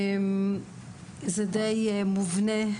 זה די מובנה,